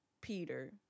Peter